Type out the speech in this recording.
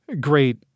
great